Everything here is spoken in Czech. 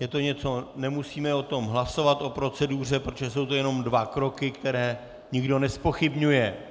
je to něco nemusíme o tom hlasovat, o proceduře, protože jsou to jenom dva kroky, které nikdo nezpochybňuje.